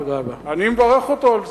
אני מברך אותו על זה.